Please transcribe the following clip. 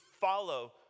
follow